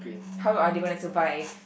how are they gonna survive